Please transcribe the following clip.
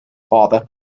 father